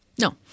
No